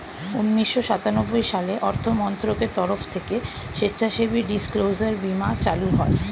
উন্নিশো সাতানব্বই সালে অর্থমন্ত্রকের তরফ থেকে স্বেচ্ছাসেবী ডিসক্লোজার বীমা চালু হয়